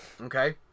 Okay